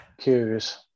curious